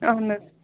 اَہَن حظ